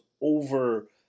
over